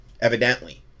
evidently